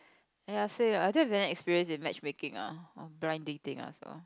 ya I say I think I don't have any experience in match making or blind dating ah so